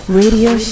radio